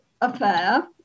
affair